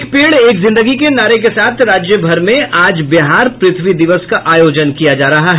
एक पेड़ एक जिंदगी के नारे के साथ राज्यभर में आज बिहार पृथ्वी दिवस का आयोजन किया जा रहा है